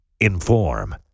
inform